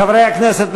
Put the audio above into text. חברי הכנסת,